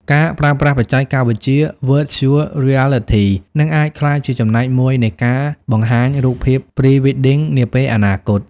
ការប្រើប្រាស់បច្ចេកវិទ្យា Virtual Reality អាចនឹងក្លាយជាចំណែកមួយនៃការបង្ហាញរូបភាព Pre-wedding នាពេលអនាគត។